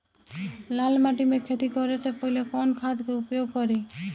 लाल माटी में खेती करे से पहिले कवन खाद के उपयोग करीं?